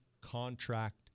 contract